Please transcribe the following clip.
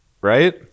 Right